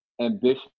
ambition